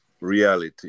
reality